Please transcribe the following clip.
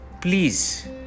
please